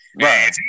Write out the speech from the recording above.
Right